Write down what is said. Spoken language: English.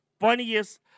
funniest